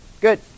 Good